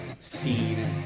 scene